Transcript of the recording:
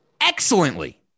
excellently